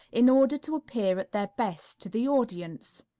in order to appear at their best to the audience.